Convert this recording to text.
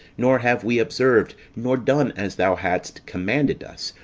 nor have we observed nor done as thou hadst commanded us,